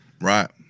Right